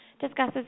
discusses